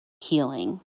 healing